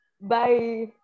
bye